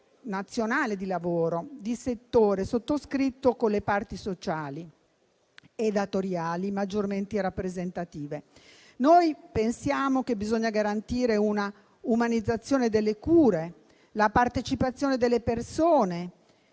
nazionale di lavoro di settore, sottoscritto con le parti sociali e datoriali maggiormente rappresentative. Pensiamo che si debba garantire un'umanizzazione delle cure, la partecipazione delle persone